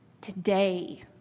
Today